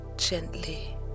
gently